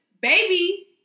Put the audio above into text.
Baby